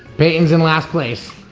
peyton's in last place.